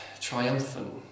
triumphant